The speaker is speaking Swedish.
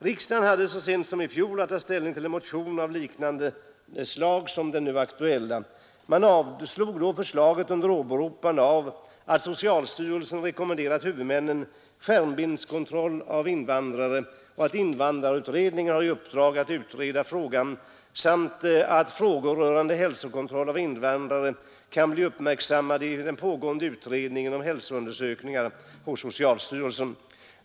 Riksdagen hade så sent som i fjol att ta ställning till en motion liknande den nu aktuella men avslog då förslaget under åberopande av att socialstyrelsen rekommenderat huvudmännen skärmbildskontroll av invandrare och att invandrarutredningen har i uppdrag att utreda frågan samt att frågor rörande hälsokontroll av invandrare kan bli uppmärksammade i den pågående utredningen om hälsoundersökningar hos socialstyrelsen.